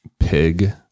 Pig